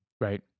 Right